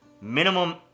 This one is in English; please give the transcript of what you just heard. Minimum